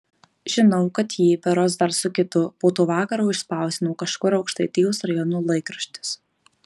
žinau kad jį berods dar su kitu po to vakaro išspausdino kažkur aukštaitijos rajono laikraštis